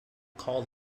called